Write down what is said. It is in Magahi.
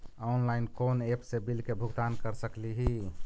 ऑनलाइन कोन एप से बिल के भुगतान कर सकली ही?